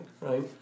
right